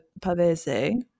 Pavese